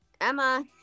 Emma